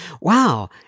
wow